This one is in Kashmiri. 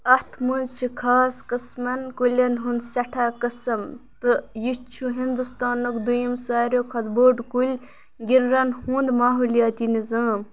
اَتھ منٛز چھِ خاص قٕسمَن كُلٮ۪ن ہُنٛد سٮ۪ٹھاہ قٕسٕم تہٕ یہِ چھُ ہِنٛدُستانُک دوٚیِم ساروِیو کھۄتہٕ بوٛڑ كُلۍ گِنرَن ہُنٛد ماحولِیاتی نِظام